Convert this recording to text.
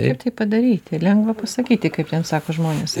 kaip tai padaryti lengva pasakyti kaip ten sako žmonės